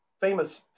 famous